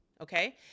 Okay